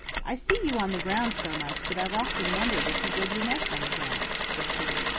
i see you on the ground so much that i've often wondered if you build your nest on the ground, said peter.